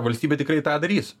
valstybė tikrai tą darys